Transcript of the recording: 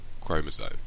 chromosome